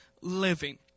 living